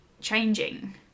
changing